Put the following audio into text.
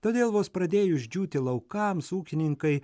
todėl vos pradėjus džiūti laukams ūkininkai